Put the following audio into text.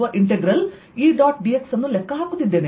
dx ಅನ್ನು ಲೆಕ್ಕ ಹಾಕುತ್ತಿದ್ದೇನೆ